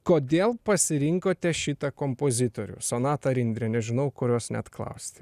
kodėl pasirinkote šitą kompozitorių sonata ar indre nežinau kurios net klausti